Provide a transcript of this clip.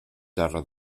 terra